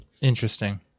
Interesting